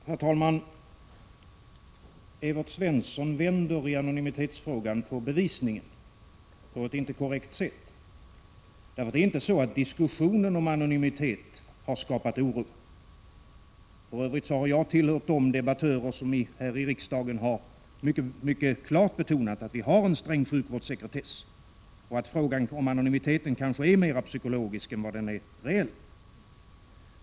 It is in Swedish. Herr talman! Evert Svensson vänder i anonymitetsfrågan på bevisningen på ett inte korrekt sätt. Det är inte så att diskussionen om anonymitet har skapat oron. För övrigt har jag tillhört de debattörer som här i kammaren mycket klart har betonat att vi har en sträng sjukvårdssekretess och att frågan om anonymitet kanske är mer psykologisk än reell.